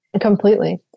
Completely